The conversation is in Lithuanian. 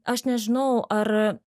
aš nežinau ar